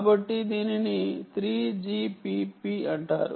కాబట్టి దీనిని 3GPP అంటారు